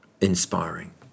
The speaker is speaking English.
inspiring